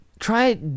Try